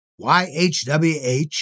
YHWH